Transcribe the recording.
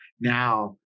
now